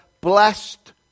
blessed